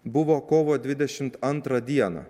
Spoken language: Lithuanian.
buvo kovo dvidešimt antrą dieną